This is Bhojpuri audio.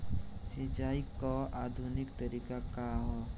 सिंचाई क आधुनिक तरीका का ह?